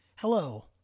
Hello